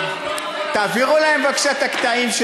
תשאל את אלי אם כולנו,